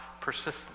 persistence